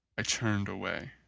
i turned away.